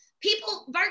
people